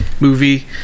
movie